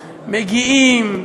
מגיעים,